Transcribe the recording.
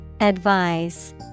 Advise